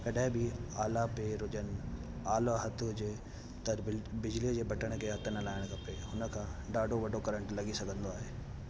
कॾहिं बि आला पेर हुजनि आलो हथ हुजे त बि बिजली जे बटण खे हथ न लाइणु खपे हुनखां ॾाढो वॾो करेंट लॻी सघंदो आहे